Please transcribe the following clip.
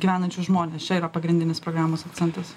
gyvenančius žmones čia yra pagrindinis programos akcentas